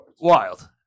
Wild